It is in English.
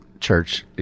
church